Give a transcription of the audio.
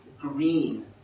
green